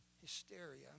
hysteria